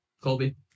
Colby